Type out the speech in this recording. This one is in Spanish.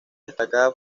destacadas